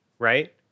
Right